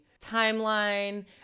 timeline